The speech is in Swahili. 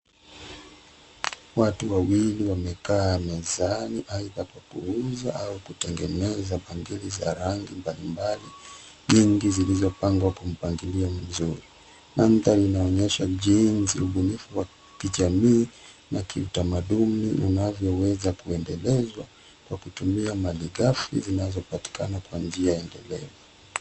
Watu wawili wamekaa mezani aidha kwa kuuzwa au kutengeneza bangili za rangi mbalimbali. Nyingi zilizopangwa kwa mpangilio mzuri. Mandhari inaonyesha jinsi ubunifu wa kijamii na kiutamaduni unavyoweza kuendelezwa kwa kutumia zinazopatikana kwa njia yenye